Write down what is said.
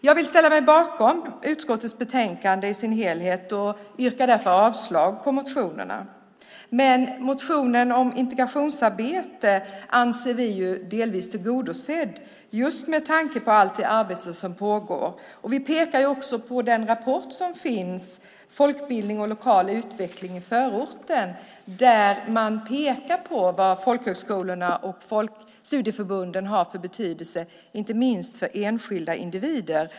Jag vill ställa mig bakom utskottets samtliga förslag och yrkar därför avslag på motionerna. Motionen om integrationsarbete anser vi delvis tillgodosedd just med tanke på allt det arbete som pågår. Vi pekar också på den rapport som finns, Folkbildning och lokal utveckling i förorten , där man visar på vad folkhögskolorna och studieförbunden har för betydelse, inte minst för enskilda individer.